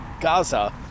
gaza